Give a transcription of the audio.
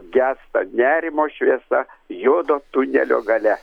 gęsta nerimo šviesa juodo tunelio gale